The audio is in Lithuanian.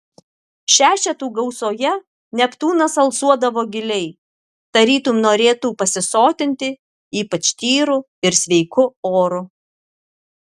šešetų gausoje neptūnas alsuodavo giliai tarytum norėtų pasisotinti ypač tyru ir sveiku oru